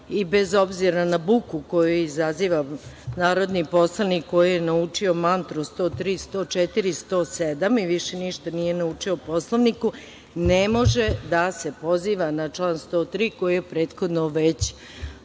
i bez obzira na buku koju izaziva narodni poslanik, koji je naučio mantru 103, 104, 107. i više ništa nije naučio o Poslovniku, ne može da se poziva na član 103. koji je prethodno već iskazan